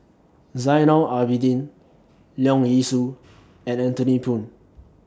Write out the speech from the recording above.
Zainal Abidin Leong Yee Soo and Anthony Poon